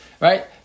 right